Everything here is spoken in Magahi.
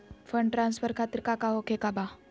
फंड ट्रांसफर खातिर काका होखे का बा?